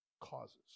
causes